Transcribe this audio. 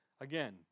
again